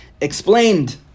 Explained